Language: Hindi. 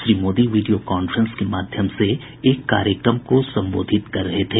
श्री मोदी वीडियो कांफ्रेंस के माध्यम से एक कार्यक्रम को संबोधित कर रहे थे